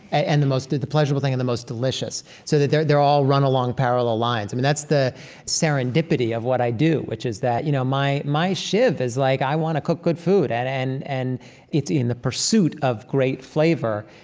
and the most pleasurable thing and the most delicious, so that they're they're all run along parallel lines. i mean, that's the serendipity of what i do, which is that, you know, my my shiv is like i want to cook good food and and and it's in the pursuit of great flavor.